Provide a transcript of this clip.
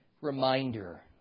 reminder